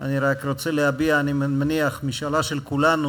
אני רוצה להביע משאלה של כולנו,